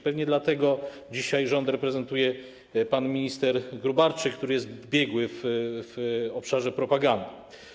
Pewnie dlatego dzisiaj rząd reprezentuje pan minister Gróbarczyk, który jest biegły w obszarze propagandy.